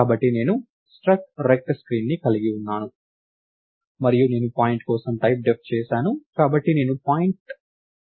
కాబట్టి నేను struct rect స్క్రీన్ని కలిగి ఉన్నాను మరియు నేను పాయింట్ కోసం డెఫ్ టైప్ చేసాను కాబట్టి నేను పాయింట్ టైప్ మిడిల్ చేస్తాను